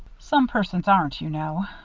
some persons aren't, you know.